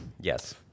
Yes